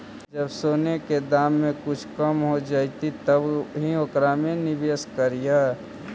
जब सोने के दाम कुछ कम हो जइतइ तब ही ओकरा में निवेश करियह